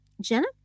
Jenna